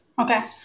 Okay